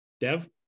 Dev